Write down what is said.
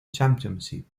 championship